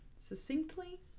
succinctly